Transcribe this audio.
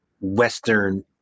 Western